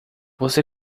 você